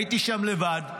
הייתי שם לבד,